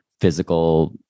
physical